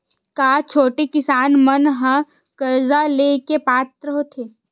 का छोटे किसान मन हा कर्जा ले के पात्र होथे?